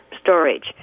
storage